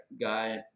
guy